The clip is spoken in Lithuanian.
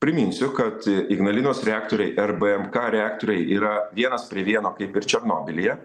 priminsiu kad ignalinos reaktoriai r b mk reaktoriai yra vienas prie vieno kaip ir černobylyje